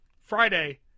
Friday